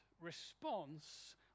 response